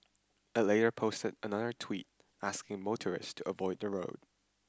it later posted another tweet asking motorists to avoid the road